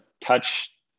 Touch